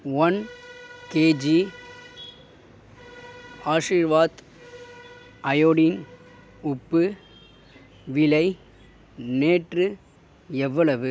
one KG Aashirvaad iodine உப்பு விலை நேற்று எவ்வளவு